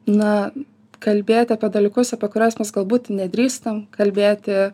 na kalbėti apie dalykus apie kuriuos mes galbūt nedrįstam kalbėti